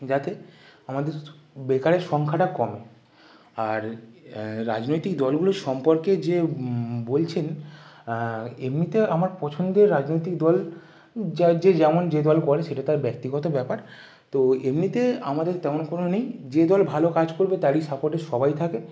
যাতে আমাদের বেকারের সংখ্যাটা কমে আর রাজনৈতিক দলগুলোর সম্পর্কে যে বলছেন এমনিতে আমার পছন্দের রাজনৈতিক দল যার যে যেমন যে দল করে সেটা তার ব্যক্তিগত ব্যাপার তো এমনিতে আমাদের তেমন কোনো নেই যে দল ভালো কাজ করবে তারই সাপোর্টে সবাই থাকে